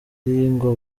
ngo